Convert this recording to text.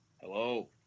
hello